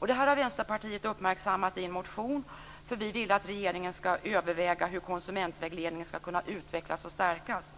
Det här har Vänsterpartiet uppmärksammat i en motion, därför att vi vill att regeringen skall överväga hur konsumentvägledningen skall kunna utvecklas och stärkas.